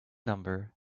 number